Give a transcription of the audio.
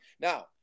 Now